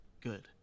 good